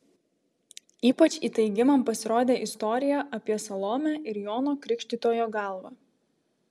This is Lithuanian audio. ypač įtaigi man pasirodė istorija apie salomę ir jono krikštytojo galvą